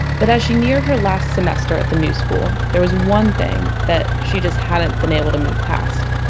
but as she neared her last semester at the new school, there was one thing that she just hadn't been able to move past